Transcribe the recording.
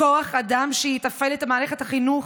כוח אדם שיתפעל את מערכת החינוך,